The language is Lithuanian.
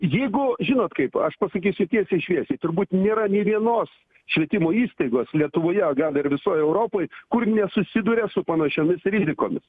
jeigu žinot kaip aš pasakysiu tiesiai šviesiai turbūt nėra nė vienos švietimo įstaigos lietuvoje o gal ir visoj europoj kur nesusiduria su panašiomis rizikomis